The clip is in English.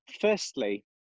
firstly